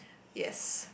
yes